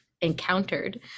encountered